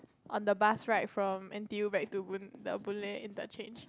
on the bus ride from N_T_U back to boon the Boon-Lay interchange